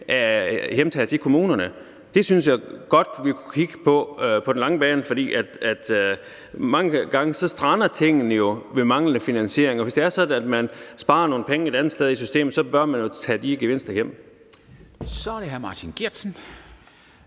er hjemtaget til kommunerne. Det synes jeg godt vi kunne kigge på på den lange bane, for mange gange strander tingene jo på grund af manglende finansiering. Og hvis det er sådan, at man sparer nogle penge et andet sted i systemet, så bør man jo tage de gevinster hjem. Kl. 11:06 Formanden